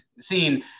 scene